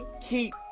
keep